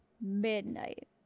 midnight